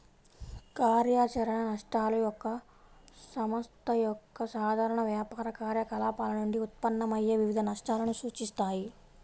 కార్యాచరణ నష్టాలు ఒక సంస్థ యొక్క సాధారణ వ్యాపార కార్యకలాపాల నుండి ఉత్పన్నమయ్యే వివిధ నష్టాలను సూచిస్తాయి